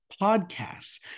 podcasts